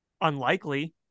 unlikely